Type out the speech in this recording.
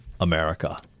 America